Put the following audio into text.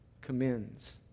commends